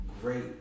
great